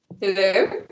Hello